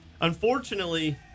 unfortunately